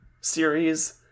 series